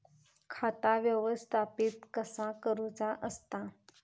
खाता व्यवस्थापित कसा करुचा असता?